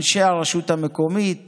אנשי הרשות המקומית,